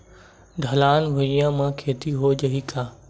ढलान भुइयां म खेती हो जाही का?